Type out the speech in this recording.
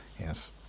Yes